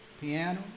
piano